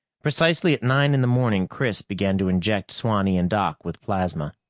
precisely at nine in the morning, chris began to inject swanee and doc with plasma.